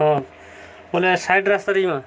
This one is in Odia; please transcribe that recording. ହଁ ବୋଲେ ସାଇଟ୍ ରାସ୍ତାରେ ଯିବା